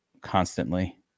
constantly